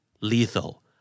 Lethal